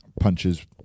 punches